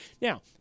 Now